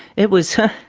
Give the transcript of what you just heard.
it was,